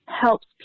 helps